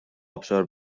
ابشار